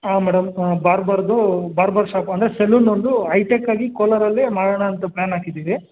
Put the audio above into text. ಹಾಂ ಮೇಡಮ್ ಬಾರ್ಬರ್ದು barber shop ಅಂದರೆ ಸಲೂನ್ ಒಂದು ಹೈಟೆಕ್ ಆಗಿ ಕೋಲಾರಲ್ಲಿ ಮಾಡೋಣ ಅಂತ ಪ್ಲಾನ್ ಹಾಕಿದ್ದೀವಿ